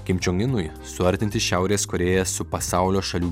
kim čion inui suartinti šiaurės korėją su pasaulio šalių